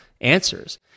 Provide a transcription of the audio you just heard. answers